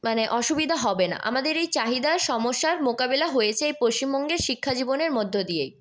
মানে অসুবিধা হবে না আমাদের এই চাহিদার সমস্যার মোকাবিলা হয়েছে এই পশ্চিমবঙ্গের শিক্ষাজীবনের মধ্য দিয়েই